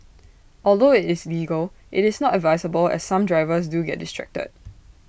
although IT is legal IT is not advisable as some drivers do get distracted